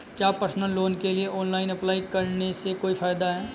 क्या personal loan के लिए ऑनलाइन अप्लाई करने से कोई फायदा है?